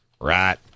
Right